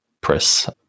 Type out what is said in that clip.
press